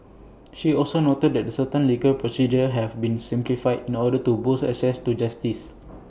she also noted that certain legal procedures have been simplified in order to boost access to justice